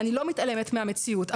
אני לא מתעלמת מהמציאות,